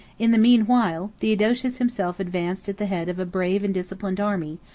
in the mean while, theodosius himself advanced at the head of a brave and disciplined army,